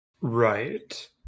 right